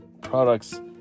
products